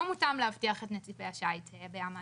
לא מותאם להבטיח את נתיבי השייט בים האדום.